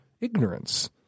ignorance